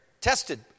tested